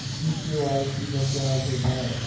ई KYC का क्या अर्थ होता है?